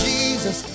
Jesus